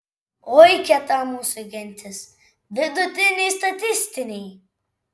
oi kieta mūsų gentis vidutiniai statistiniai